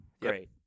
great